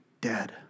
dead